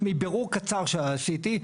מבירור קצר שעשיתי,